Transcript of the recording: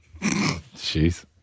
Jeez